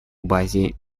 базе